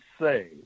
say